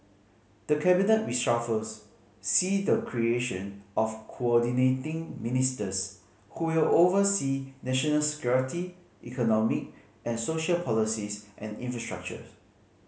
the cabinet reshuffles see the creation of Coordinating Ministers who will oversee national security economic and social policies and infrastructure